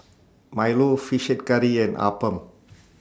Milo Fish Head Curry and Appam